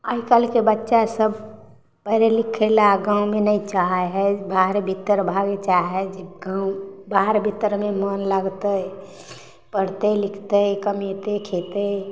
आइकाल्हिके बच्चा सब पढ़ै लिखै लए गाँवमे नहि चाहै हइ बाहरे भीतर भागय चाहै जे गाँव बाहर भीतरमे मन लागतै पढ़तै लिखतै कमेतै खेतै